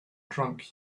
drunk